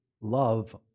love